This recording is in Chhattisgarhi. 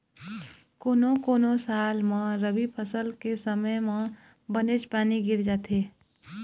कोनो कोनो साल म रबी फसल के समे म बनेच पानी गिर जाथे